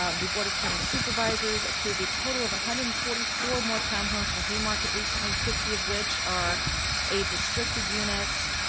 um the board of county supervisors approved a total of one hundred and forty four more town homes for haymarket recently, fifty of which are age restricted units.